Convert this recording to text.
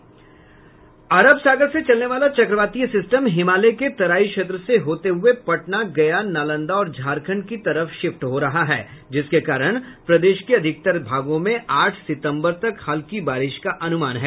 अरब सागर से चलने वाला चक्रवातीय सिस्टम हिमालय के तराई क्षेत्र से होते हुए पटना गया नालंदा और झारखंड के तरफ शिफ्ट हो रहा है जिसके कारण प्रदेश के अधिकतर भागों में आठ सितम्बर तक हल्की बारिश का अनुमान है